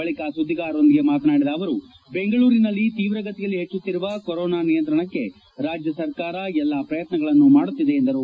ಬಳಿಕ ಸುದ್ಲಿಗಾರರೊಂದಿಗೆ ಮಾತನಾಡಿದ ಅವರು ಬೆಂಗಳೂರಿನಲ್ಲಿ ತೀವ್ರಗತಿಯಲ್ಲಿ ಹೆಚ್ಚುತ್ತಿರುವ ಕೊರೋನಾ ನಿಯಂತ್ರಣಕ್ಕೆ ರಾಜ್ಯ ಸರ್ಕಾರ ಎಲ್ಲಾ ಪ್ರಯತ್ನಗಳನ್ನು ಮಾಡುತ್ತಿದೆ ಎಂದರು